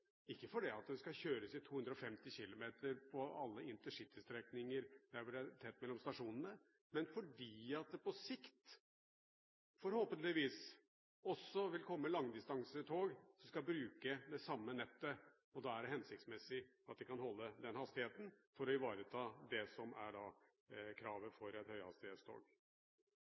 ikke fordi det skal kjøres i 250 km/t på alle intercitystrekninger hvor det er tett mellom stasjonene, men fordi det på sikt forhåpentligvis også vil komme langdistansetog som skal bruke det samme nettet. Det er hensiktsmessig at de kan holde en slik hastighet – for å ivareta kravet til et høyhastighetstog. Allerede i dag ser vi store framkommelighetsproblemer når det